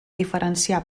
diferenciar